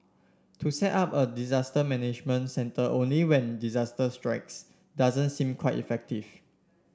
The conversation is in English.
to set up a disaster management centre only when disaster strikes doesn't seem quite effective